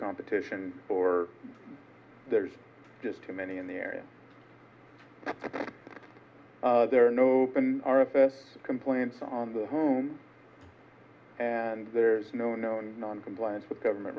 competition or there's just too many in the area there are no r f s complaints on the home and there's no known noncompliance with government